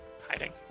hiding